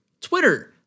twitter